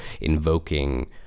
invoking